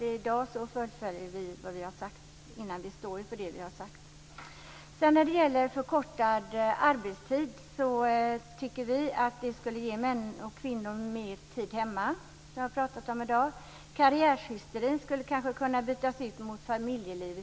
Självfallet fullföljer vi i dag det som vi har sagt tidigare - vi står för det som vi har sagt. Vi tror att förkortad arbetstid skulle ge män och kvinnor mer tid hemma. Detta har vi ju pratat om i dag. Karriärshysterin skulle kanske kunna bytas ut mot familjeliv.